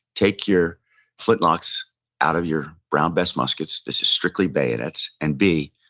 take your flintlocks out of your brown bess muskets, this is strictly bayonets. and b,